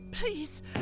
Please